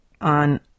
on